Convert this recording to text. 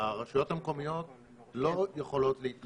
הרשויות המקומיות לא יכולות להתנהל